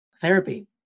therapy